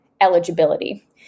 eligibility